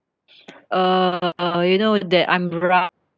uh you know that I'm ri~